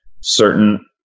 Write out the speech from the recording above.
certain